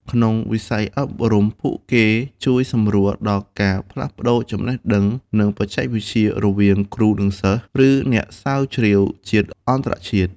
ក្នុងវិស័យអប់រំ ពួកគេជួយសម្រួលដល់ការផ្លាស់ប្តូរចំណេះដឹង និងបច្ចេកវិទ្យារវាងគ្រូ-សិស្ស ឬអ្នកស្រាវជ្រាវជាតិ-អន្តរជាតិ។